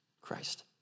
Christ